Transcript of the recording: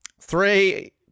Three